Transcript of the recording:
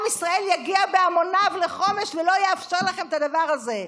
עם ישראל יגיע בהמוניו לחומש ולא יאפשר לכם את הדבר הזה.